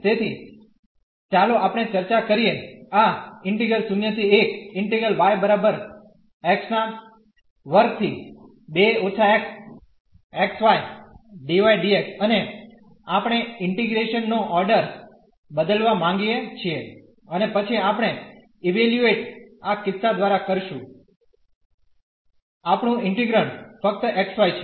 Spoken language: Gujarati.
તેથી ચાલો આપણે ચર્ચા કરીએ આઅને આપણે ઇન્ટીગ્રેશન નો ઓર્ડર બદલવા માંગીએ છીએ અને પછી આપણે ઇવેલ્યુએટ આ કિસ્સા દ્વારા કરીશું આપણું ઇન્ટીગ્રન્ડ ફક્ત xy છે